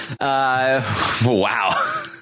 Wow